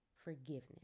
forgiveness